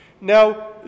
Now